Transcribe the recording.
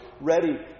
ready